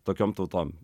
tokiom tautom